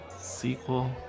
sequel